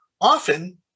Often